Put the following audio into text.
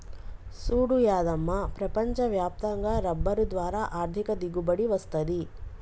సూడు యాదమ్మ ప్రపంచ వ్యాప్తంగా రబ్బరు ద్వారా ఆర్ధిక దిగుబడి వస్తది